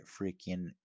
freaking